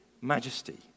majesty